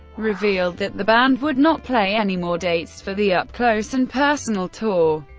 revealed that the band would not play any more dates for the up close and personal tour,